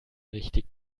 richtig